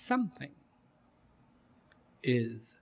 something is